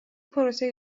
پروسه